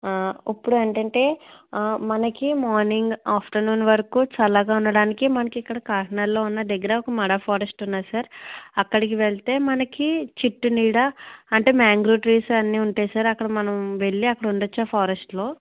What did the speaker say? ఇప్పుడు ఏంటంటే మనకి మార్నింగ్ ఆఫ్టర్నూన్ వరకు చల్లగా ఉండటానికి మనకి ఇక్కడ కాకినాడలో ఉన్న దగ్గర ఒక మడ ఫారెస్ట్ ఉన్నది సార్ అక్కడకి వెళితే మనకి చిట్టి నీడ అంటే మాంగ్రోవ్ ట్రీస్ అన్నీ ఉంటాయి సార్ అక్కడ మనం వెళ్ళి అక్కడ ఉండవచ్చు సార్ ఆ ఫారెస్ట్లో